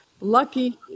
lucky